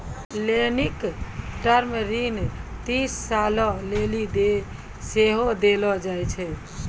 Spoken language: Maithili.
लेनिक टर्म ऋण तीस सालो लेली सेहो देलो जाय छै